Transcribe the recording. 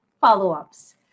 follow-ups